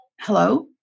hello